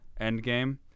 Endgame